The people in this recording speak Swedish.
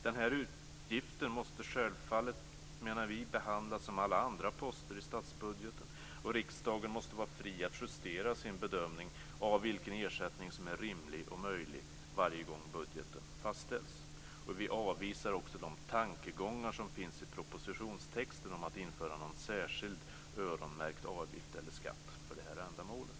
Vi menar att denna utgift självfallet måste behandlas som alla andra poster i statsbudgeten, och riksdagen måste vara fri att justera sin bedömning av vilken ersättning som är rimlig och möjlig varje gång budgeten fastställs. Vi avvisar också de tankegångar som finns i propositionstexten om att införa någon särskilt öronmärkt avgift eller skatt för detta ändamål.